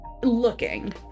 looking